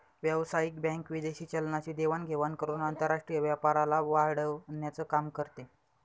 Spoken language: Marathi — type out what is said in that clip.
व्यावसायिक बँक विदेशी चलनाची देवाण घेवाण करून आंतरराष्ट्रीय व्यापाराला वाढवण्याचं काम करते